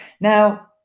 Now